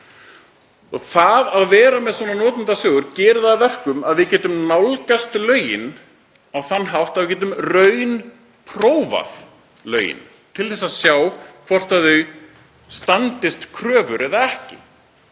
Það að vera með svona notendasögur gerir það að verkum að við getum nálgast lögin á þann hátt að við getum raunprófað þau til að sjá hvort þau standist kröfur eða ekki.